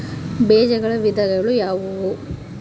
ಬೇಜಗಳ ವಿಧಗಳು ಯಾವುವು?